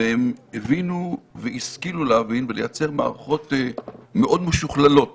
והם הבינו והשכילו להבין ולייצר מערכות מאוד משוכללות